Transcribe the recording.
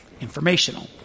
informational